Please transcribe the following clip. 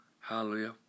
Hallelujah